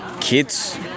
Kids